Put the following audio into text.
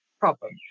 problem